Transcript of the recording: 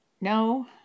no